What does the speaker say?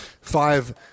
five